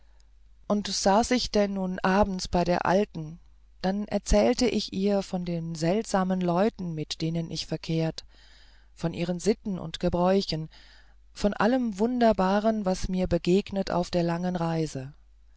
und saß ich denn nun abends bei der alten dann erzählte ich ihr von den seltsamen leuten mit denen ich verkehrt von ihren sitten und gebräuchen von allem wunderbaren was mir begegnet auf der langen reise